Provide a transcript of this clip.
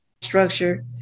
structure